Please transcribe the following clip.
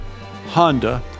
Honda